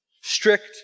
strict